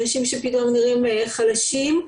אנשים שפתאום נראים חלשים,